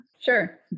Sure